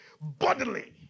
bodily